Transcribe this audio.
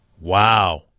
Wow